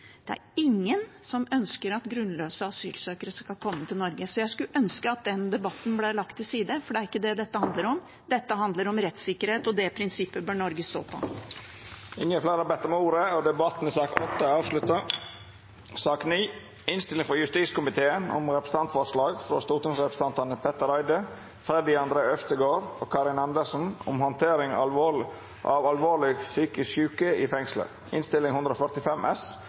Det er ingen som ønsker at grunnløse asylsøkere skal komme til Norge. Jeg skulle ønske at den debatten ble lagt til side, for det er ikke det dette handler om. Dette handler om rettssikkerhet, og det prinsippet bør Norge stå på. Fleire har ikkje bedt om ordet til sak nr. 8. Etter ynske frå justiskomiteen vil presidenten føreslå at taletida vert avgrensa til 5 minutt til kvar partigruppe og 5 minutt til medlemer av